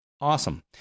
awesome